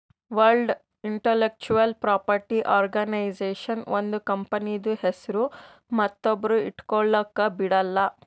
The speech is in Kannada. ವರ್ಲ್ಡ್ ಇಂಟಲೆಕ್ಚುವಲ್ ಪ್ರಾಪರ್ಟಿ ಆರ್ಗನೈಜೇಷನ್ ಒಂದ್ ಕಂಪನಿದು ಹೆಸ್ರು ಮತ್ತೊಬ್ರು ಇಟ್ಗೊಲಕ್ ಬಿಡಲ್ಲ